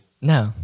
no